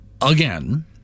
again